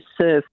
serve